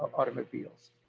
automobiles.